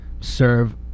serve